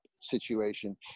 situation